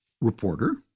reporter